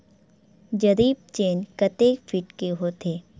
जरीब चेन कतेक फीट के होथे?